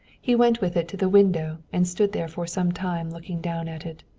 he went with it to the window and stood there for some time looking down at it.